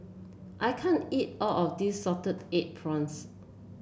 I can't eat all of this Salted Egg Prawns